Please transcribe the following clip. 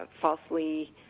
falsely